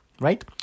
right